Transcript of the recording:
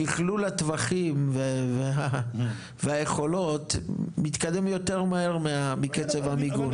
שכלול הטווחים והיכולות מתקדם יותר מהר מקצב המיגון.